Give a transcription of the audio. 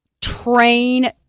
Train